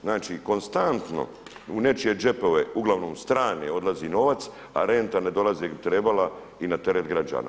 Znači konstantno u nečije džepove, uglavnom strane odlazi novac a renta ne dolazi gdje bi trebala i na teret građana.